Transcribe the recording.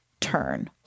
turn